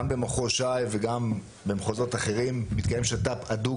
גם במחוז ש"י וגם במחוזות אחרים מתקיים שת"פ הדוק,